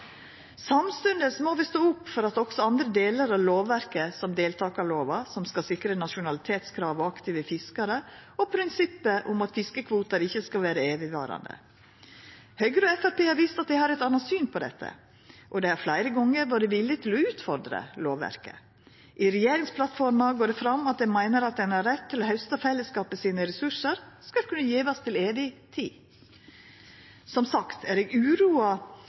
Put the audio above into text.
Samstundes må vi stå opp for også andre delar av lovverket, som deltakarlova, som skal sikra nasjonalitetskrav og aktive fiskarar og prinsippet om at fiskekvotar ikkje skal vera evigvarande. Høgre og Framstegspartiet har vist at dei har eit anna syn på dette, og dei har fleire gonger vore villige til å utfordra lovverket. I regjeringsplattforma går det fram at dei meiner at retten til å hausta av fellesskapet sine ressursar skal kunna gjevast til evig tid. Som sagt er eg uroa